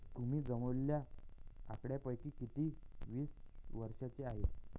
तुम्ही जमवलेल्या आकड्यांपैकी किती वीस वर्षांचे आहेत?